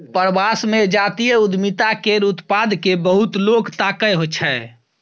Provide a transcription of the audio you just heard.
प्रवास मे जातीय उद्यमिता केर उत्पाद केँ बहुत लोक ताकय छै